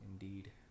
Indeed